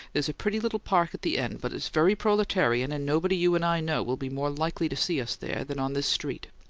there's a pretty little park at the end, but it's very proletarian, and nobody you and i know will be more likely to see us there than on this street.